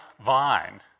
vine